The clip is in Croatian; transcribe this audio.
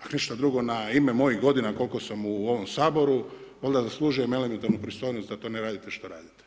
a ništa drugo na ime mojih godina koliko sam u ovom Saboru, valjda zaslužujem elementarnu pristojnost da to ne radite što radite.